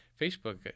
Facebook